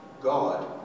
God